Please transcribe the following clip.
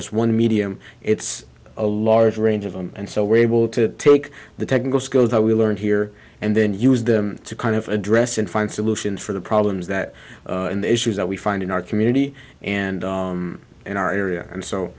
just one medium it's a large range of them and so we're able to take the technical skills that we learned here and then use them to kind of address and find solutions for the problems that the issues that we find in our community and in our area and so